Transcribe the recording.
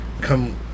come